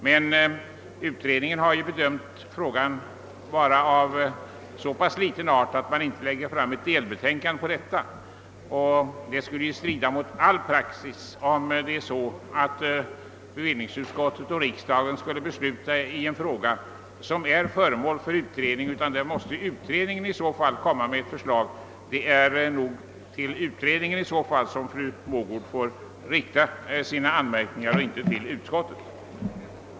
Men utredningen har bedömt denna fråga vara av så pass ringa betydelse, att den inte vill lägga fram ett delbetänkande i frågan. Det skulle strida mot all praxis, om bevillningsutskottet och riksdagen fattade beslut i en fråga som är föremål för utredning. Detta förutsätter att utredningen framläger ett förslag. Det är alltså till utredningen som fru Mogård får rikta sina anmärkningar och inte till bevillningsutskottet.